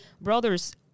brothers